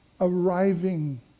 arriving